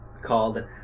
called